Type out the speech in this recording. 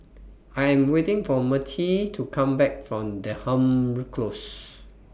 I Am waiting For Mertie to Come Back from Denham Close